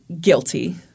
guilty